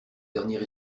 derniers